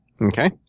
Okay